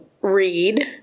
read